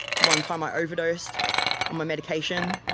one time i overdosed on my medication,